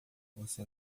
você